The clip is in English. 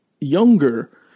younger